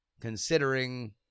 considering